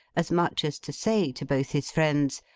as much as to say to both his friends,